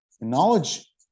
Knowledge